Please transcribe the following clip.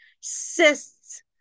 cysts